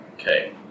Okay